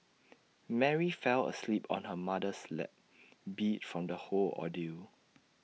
Mary fell asleep on her mother's lap beat from the whole ordeal